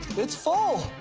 it's full.